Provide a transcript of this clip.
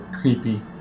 creepy